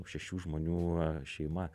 šešių žmonių šeima